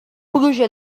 pluja